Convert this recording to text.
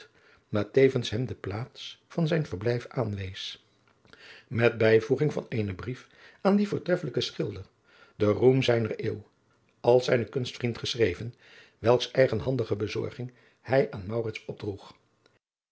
maar tevens hem de plaats van zijn verblijf aanwees met bijvoeging van eenen brief aan dien voortreffelijken schilder den roem zijner eeuw als zijnen kunstvriend geschreven welks eigenhandige bezorging hij aan maurits opdroeg